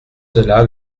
cela